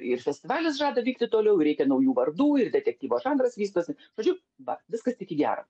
ir festivalis žada vykti toliau ir reikia naujų vardų ir detektyvo žanras vystosi žodžiu va viskas tik į gera